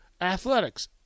athletics